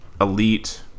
elite